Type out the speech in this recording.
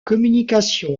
communication